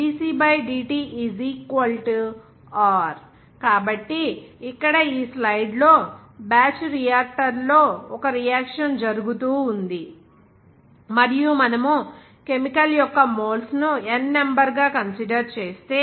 dcdt r కాబట్టి ఇక్కడ ఈ స్లైడ్లో బ్యాచ్ రియాక్టర్లో ఒక రియాక్షన్ జరుగుతూ ఉంది మరియు మనము కెమికల్ యొక్క మోల్స్ ను N నెంబర్ గా కన్సిడర్ చేస్తే